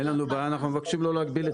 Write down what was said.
אין לנו בעיה, אנחנו מבקשים לא להגביל את זה.